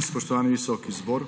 Spoštovani visoki zbor!